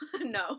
No